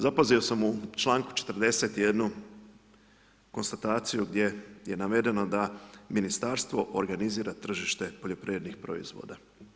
Zapazio sam u čl. 40. jednu konstataciju gdje je navedeno da ministarstvo organizira tržište poljoprivrednih proizvoda.